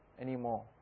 anymore